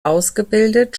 ausgebildet